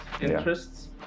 interests